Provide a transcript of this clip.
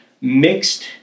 Mixed